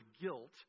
guilt